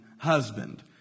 husband